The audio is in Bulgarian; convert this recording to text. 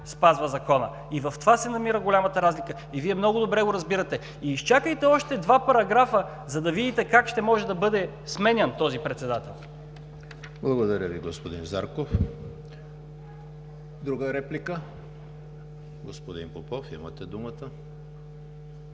спазва закона. В това се намира голямата разлика и Вие много добре го разбирате. Изчакайте още два параграфа, за да видите как ще може да бъде сменян този председател. ПРЕДСЕДАТЕЛ ЕМИЛ ХРИСТОВ: Благодаря Ви, господин Зарков. Друга реплика? Господин Попов, имате думата.